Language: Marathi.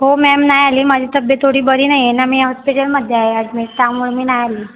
हो मॅम नाही आली माझी तब्बेत थोडी बरी नाही आहे ना मी हॉस्पिटलमध्ये आहे ॲडमिट त्यामुळे मी नाही आली